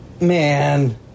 Man